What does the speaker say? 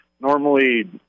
normally